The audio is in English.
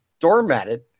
doormatted